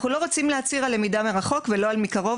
אנחנו לא רוצים להצהיר על למידה מרחוק ולא על מקרוב,